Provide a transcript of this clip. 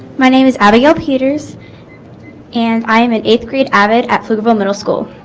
my name is abigail peters and i am an eighth grade avid at pflugerville middle school